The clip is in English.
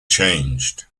changed